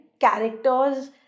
characters